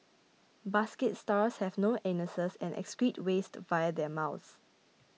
basket stars have no anuses and excrete waste via their mouths